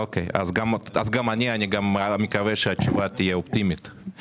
גם אני, אני מקווה שהתשובה תהיה אופטימית.